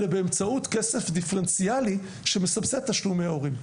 אלא באמצעות כסף דיפרנציאלי שמסבסד תשלומי הורים.